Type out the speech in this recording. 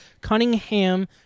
Cunningham